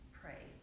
pray